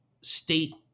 state